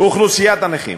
אוכלוסיית הנכים.